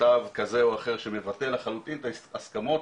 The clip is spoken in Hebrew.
מכתב כזה או אחר שמבטל לחלוטין את ההסכמות,